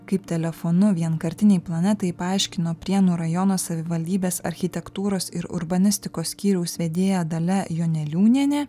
kaip telefonu vienkartinei planetai paaiškino prienų rajono savivaldybės architektūros ir urbanistikos skyriaus vedėja dalia joneliūnienė